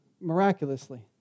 miraculously